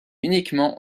uniquement